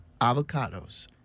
avocados